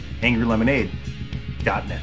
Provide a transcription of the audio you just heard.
Angrylemonade.net